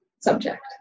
subject